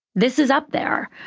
this is up there.